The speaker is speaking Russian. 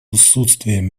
отсутствием